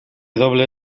doble